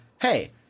hey –